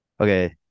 Okay